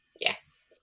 Yes